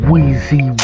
Weezy